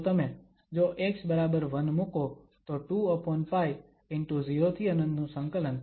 તો તમે જો x1 મૂકો તો 2π ✕ 0∫∞ sinααdα મળશે